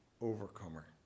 overcomer